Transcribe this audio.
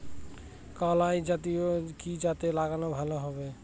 কলাই কি জাতে লাগালে ভালো হবে?